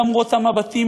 למרות המבטים,